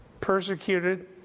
persecuted